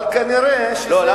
אבל כנראה זה לא רק בקלנסואה.